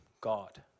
God